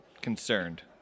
concerned